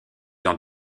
dans